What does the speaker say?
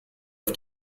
auf